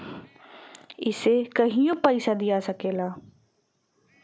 इसे कहियों पइसा दिया सकला